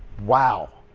wow.